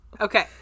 Okay